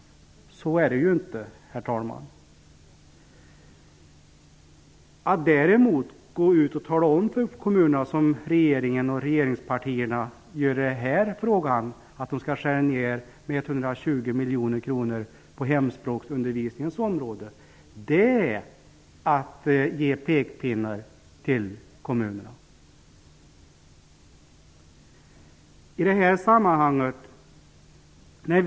Men så är det inte. Att, som regeringspartierna gör i den här frågan, säga till kommunerna att dessa skall göra nedskärningar om 120 miljoner kronor på hemspråksundervisningens område är däremot att ge kommunerna pekpinnar.